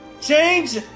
Change